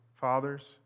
fathers